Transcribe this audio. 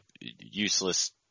useless